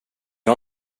har